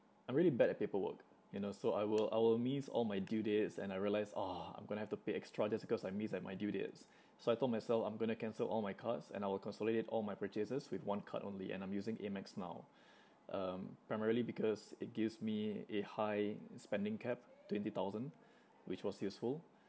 I'm really bad at paperwork you know so I will I will miss all my due dates and I realised !aww! I'm gonna have to pay extra just because I miss like my due dates so I told myself I'm gonna cancel all my cards and I will consolidate all my purchases with one card only and I'm using Amex now um primarily because it gives me a high spending cap twenty thousand which was useful